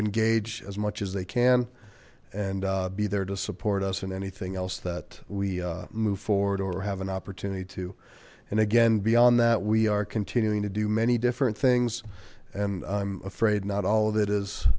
engage as much as they can and be there to support us and anything else that we move forward or have an opportunity to and again beyond that we are continuing to do many different things and i'm afraid not all of it is